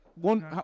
one